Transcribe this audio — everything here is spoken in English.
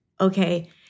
okay